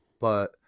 But-